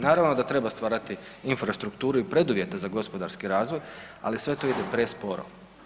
Naravno da treba stvarati infrastrukturu i preduvjete za gospodarski razvoj, ali sve to ide presporo.